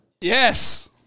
Yes